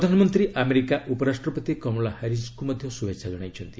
ପ୍ରଧାନମନ୍ତ୍ରୀ ଆମେରିକା ଉପରାଷ୍ଟ୍ରପତି କମଳା ହାରିଶ୍ଙ୍କୁ ମଧ୍ୟ ଶୁଭେଚ୍ଛା ଜଣାଇଚ୍ଚନ୍ତି